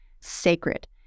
sacred